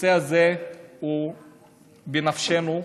הנושא הזה הוא בנפשנו,